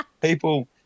people